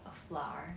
uh flour